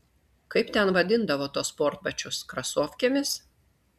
kaip ten vadindavo tuos sportbačius krasofkėmis